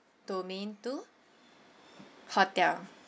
domain two hotel